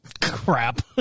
crap